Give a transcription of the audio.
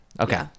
okay